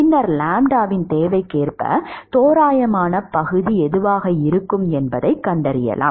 பின்னர் லாம்ப்டாவின் தேவைக்கேற்ப தோராயமான பகுதி எதுவாக இருக்கும் என்பதைக் கண்டறியலாம்